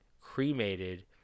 cremated